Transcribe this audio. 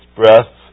breath